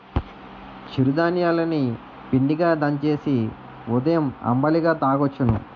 చిరు ధాన్యాలు ని పిండిగా దంచేసి ఉదయం అంబలిగా తాగొచ్చును